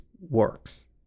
works